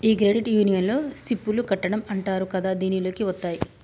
ఈ క్రెడిట్ యూనియన్లో సిప్ లు కట్టడం అంటారు కదా దీనిలోకి వత్తాయి